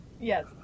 Yes